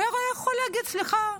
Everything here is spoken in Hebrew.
הוא היה יכול להגיד: סליחה,